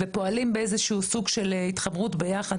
ופועלים באיזה שהוא סוג של התחברות ביחד.